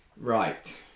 Right